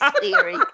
theory